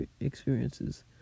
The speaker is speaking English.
experiences